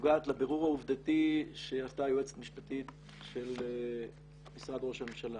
נוגעת לבירור העובדתי שעשתה היועצת המשפטית של משרד ראש הממשלה.